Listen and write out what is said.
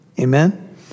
amen